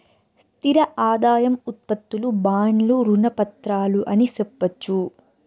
స్థిర ఆదాయం ఉత్పత్తులు బాండ్లు రుణ పత్రాలు అని సెప్పొచ్చు